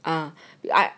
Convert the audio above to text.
A_B_I